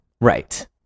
Right